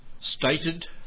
Stated